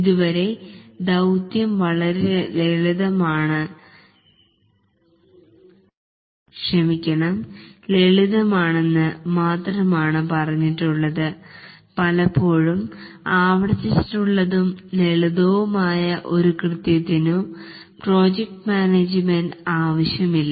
ഇതുവരെ ധൌത്യം വളരെ ലളിതമാണെന്ന് മാത്രമാണ് പറഞ്ഞിട്ടുള്ളത് പലപ്പോഴും ആവർത്തിച്ചിട്ടുള്ളതും ലളിതവുമായ ഒരു കൃത്യത്തിനു പ്രോജക്ട് മാനേജ്മെൻറ് ആവശ്യമില്ല